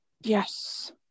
yes